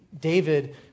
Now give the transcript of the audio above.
David